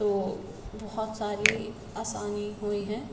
تو بہت ساری آسانی ہوئی ہے